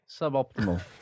Suboptimal